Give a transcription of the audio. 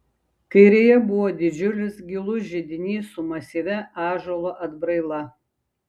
kairėje buvo didžiulis gilus židinys su masyvia ąžuolo atbraila